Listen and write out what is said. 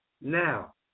now